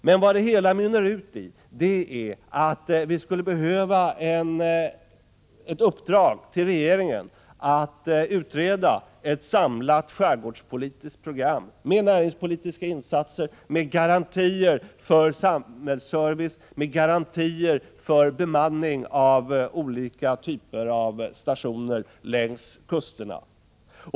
Men vad det hela mynnar ut i är att vi vill ha ett uppdrag till regeringen om att utreda förutsättningarna för ett samlat skärgårdspolitiskt program med näringspolitiska insatser och med garantier för samhällsservice och för bemanning av olika typer av stationer längs kusterna.